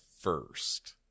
first